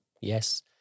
yes